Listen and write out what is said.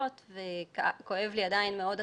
במדינת ישראל בשנת 2020' כזה הלם.